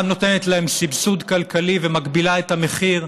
גם נותנת להם סבסוד כלכלי ומגבילה את המחיר.